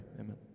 Amen